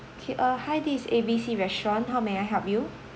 okay uh hi this is A B C restaurant how may I help you